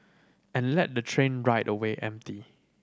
and let the train ride away empty